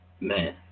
Man